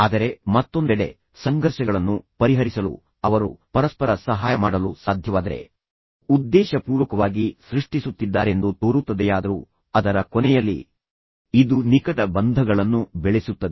ಆದರೆ ಮತ್ತೊಂದೆಡೆ ಸಂಘರ್ಷಗಳನ್ನು ಪರಿಹರಿಸಲು ಅವರು ಪರಸ್ಪರ ಸಹಾಯ ಮಾಡಲು ಸಾಧ್ಯವಾದರೆ ಅವರು ಉದ್ದೇಶಪೂರ್ವಕವಾಗಿ ಸಂಘರ್ಷಗಳನ್ನು ಸೃಷ್ಟಿಸುತ್ತಿದ್ದಾರೆಂದು ತೋರುತ್ತದೆಯಾದರೂ ಅದರ ಕೊನೆಯಲ್ಲಿ ಇದು ನಿಕಟ ಬಂಧಗಳನ್ನು ಬೆಳೆಸುತ್ತದೆ